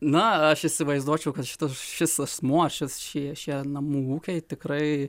na aš įsivaizduočiau kad šitas šis asmuo šis šie šie namų ūkiai tikrai